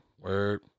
word